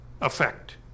effect